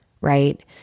right